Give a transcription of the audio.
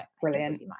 Brilliant